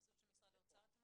למה אנחנו צריכים את הסעיף